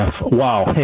Wow